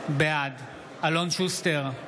בעד אלון שוסטר,